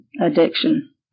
addiction